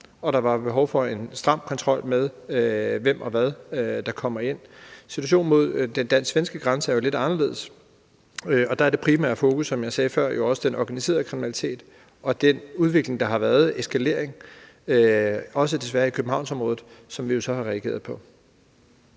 og der var behov en stram kontrol med, hvem og hvad der kommer ind. Situationen på den dansk-svenske grænse er jo lidt anderledes, og der er det primære fokus, som jeg sagde før, også den organiserede kriminalitet og den udvikling, den eskalering, der har været, desværre også i Københavnsområdet, som vi så har reageret på.